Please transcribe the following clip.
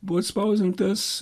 buvo išspausdintas